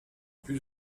plus